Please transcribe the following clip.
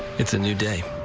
it's a new day.